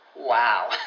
Wow